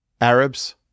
Arabs